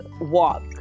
walk